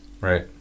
Right